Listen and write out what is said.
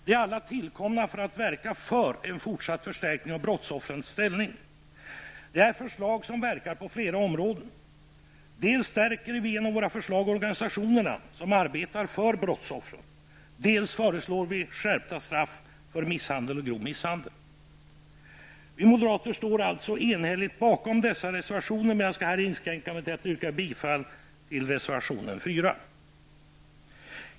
De är alla tillkomna för att verka för en fortsatt förstärkning av brottsoffrens ställning. Det är förslag som verkar på flera områden. Dels stärker vi genom våra förslag organisationerna som arbetar för brottsoffren, dels föreslår vi skärpta straff för misshandel och grov misshandel. Vi moderater står enhälligt bakom dessa reservationer, men jag skall här inskränka mig till att yrka bifall till reservation 4. Fru talman!